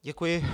Děkuji.